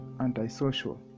antisocial